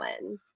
one